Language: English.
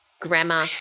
grammar